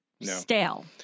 stale